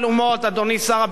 אדוני שר הביטחון,